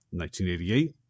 1988